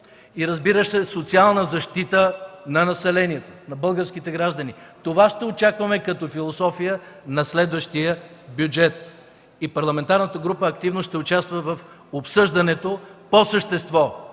на бизнеса и социална защита на населението, на българските граждани. Това ще очакваме като философия на следващия бюджет. Парламентарната група активно ще участва в обсъждането по същество